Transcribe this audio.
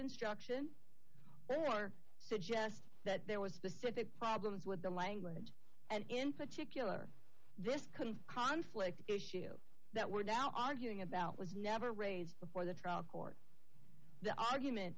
instruction or suggest that there was specific problems with the language and in particular this kind of conflict issue that we're now arguing about was never raised before the trial court the argument